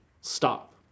stop